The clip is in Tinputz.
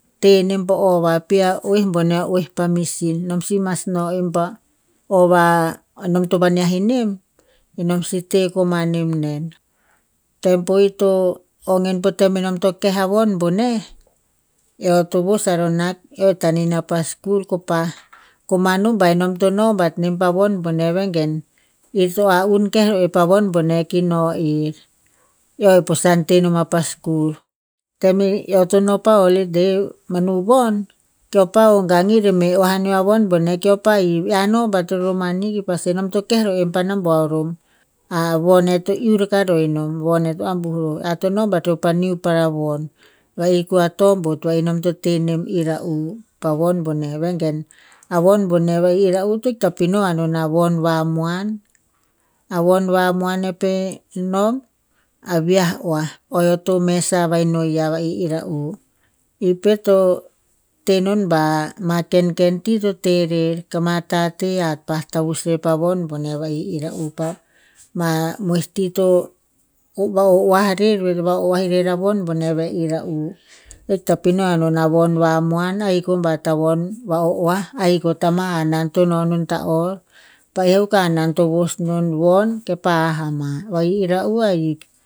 Tenem pa o va, pi a oh boneh a oeh pa misin nom si mas no en pa o va nom to vaneh inem nom si teh koman inem nen. Tem po ito ong en po tem enom to keh a von boneh, eo to vos aro na eo taneh ma pa skul ko pa koman no ba nom to no bat nem pa von boneh. Vengen in to a'un keh roh en pa von boneh ki no err, eo eh pusan teh noma pa skul. Tem eo e no pa holiday manu von ko pa ogang ir e meh oah aneo a von boneh keo pa hiv, "ear no bat ror mani?" Ki pa sue, "nom to keh roh en nambua orom." A von eo to niu para von, va'i ko a tobot va'i nom to tehnem era'u pa von boneh. Vengen a von boneh va'i era'u to ikta pino anon a von va moan. A von va moan penom a viah oah eo to mesa va'i nonia ni era'u. I pet to tenon ba ma ken ken ti to ten rer ka ma tateh hat pa tavus pa von boneh va'i era'u pa mamoi ti va o- oah irer veh va o- oah irer a von boneh va era'u. Ikto pino anon a von va moan, ahik o ba tavon va o- oah, ahik o ta ma hanan to nonon ta'or. Pa'eh akuk a hanan to vos non kepa ha'ama, era'u ahik.